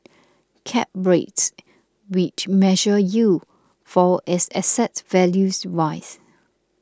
cap rates which measure yield fall as asset values rise